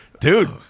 Dude